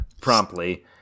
promptly